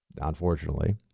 Unfortunately